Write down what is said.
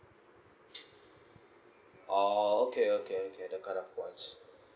orh okay okay the cut off points